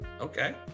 Okay